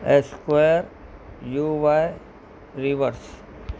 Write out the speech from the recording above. S square U Y reverse